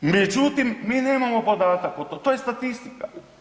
Međutim, mi nemamo podatak o tome, to je statistika.